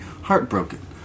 heartbroken